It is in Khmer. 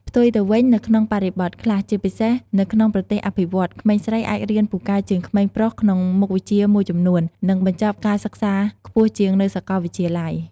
ផ្ទុយទៅវិញ នៅក្នុងបរិបទខ្លះ ជាពិសេសនៅក្នុងប្រទេសអភិវឌ្ឍន៍ ក្មេងស្រីអាចរៀនពូកែជាងក្មេងប្រុសក្នុងមុខវិជ្ជាមួយចំនួន និងបញ្ចប់ការសិក្សាខ្ពស់ជាងនៅសកលវិទ្យាល័យ។